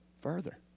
further